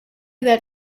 that